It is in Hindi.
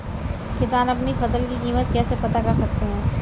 किसान अपनी फसल की कीमत कैसे पता कर सकते हैं?